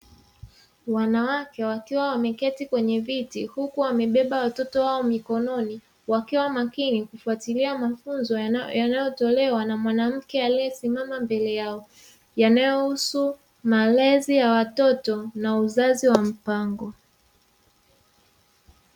Wanawake wakiwa wameketi kwenye viti, huku wamebeba watoto wao mikononi, wakiwa makini kufuatilia mafunzo yanayotolewa na mwanamke aliyesimama mbele yao, yanayohusu malezi ya watoto na uzazi wa mpango.